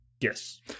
Yes